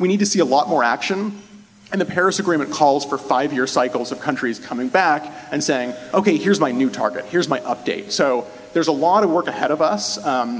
we need to see a lot more action and the paris agreement calls for five year cycles of countries coming back and saying ok here's my new target here's my update so there's a lot of work ahead of us